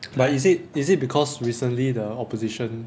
but is it is it because recently the opposition